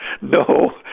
No